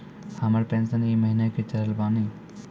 हमर पेंशन ई महीने के चढ़लऽ बानी?